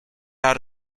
out